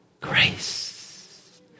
grace